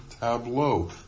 tableau